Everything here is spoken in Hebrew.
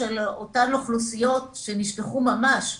על אותן אוכלוסיות שנשכחו ממש.